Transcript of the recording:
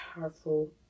powerful